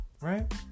Right